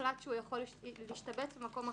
הוחלט שהוא יכול להשתבץ במקום אחר.